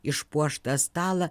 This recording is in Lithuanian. išpuoštą stalą